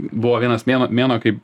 buvo vienas mėnuo mėnuo kaip